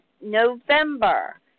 November